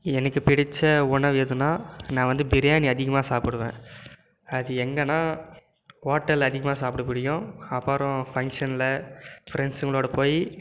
எனக்கு பிடித்த உணவு எதுனால் நான் வந்து பிரியாணி அதிகமாக சாப்பிடுவேன் அது எங்கேனா ஹோட்டல்ல அதிகமாக சாப்பிட பிடிக்கும் அப்பறம் ஃபங்க்ஷனில் ஃப்ரெண்ட்ஸுங்களோடு போய்